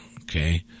okay